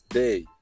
day